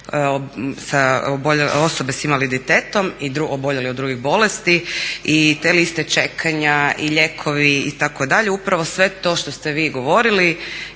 osobe s invaliditetom oboljele od drugih bolesti i te liste čekanja i lijekovi itd. upravo sve to što ste vi govorili